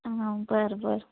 हा बरं बरं